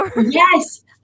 yes